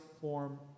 form